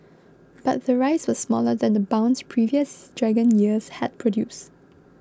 but the rise was smaller than the bounce previous Dragon years had produced